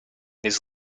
his